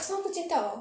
the customer 不见掉 liao